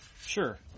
Sure